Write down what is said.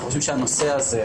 אנחנו חושבים שהנושא הזה,